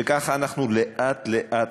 וככה אנחנו, לאט-לאט,